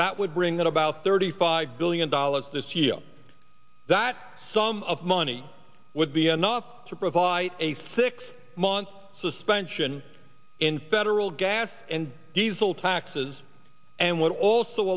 that would bring that about thirty five billion dollars this year that sum of money would be enough to provide a six month suspension in federal gas and diesel taxes and w